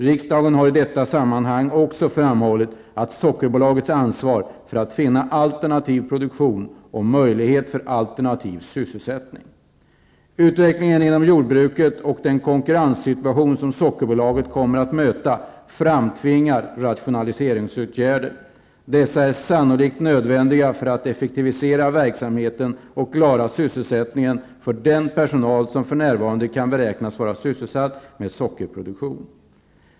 Riksdagen har i detta sammanhang också framhållit Sockerbolagets ansvar för att finna alternativ produktion och möjlighet för alternativ sysselsättning. Utvecklingen inom jordbruket och den konkurrenssituation som Sockerbolaget kommer att möta framtvingar rationaliseringsåtgärder. Dessa är sannolikt nödvändiga för att effektivisera verksamheten och klara sysselsättningen för den personal som för närvarande kan beräknas vara sysselsatt med sockerproduktion.